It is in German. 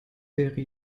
wäre